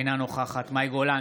אינה נוכחת מאי גולן,